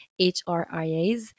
HRIAs